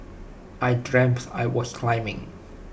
I dreams I was climbing